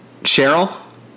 Cheryl